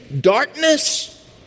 darkness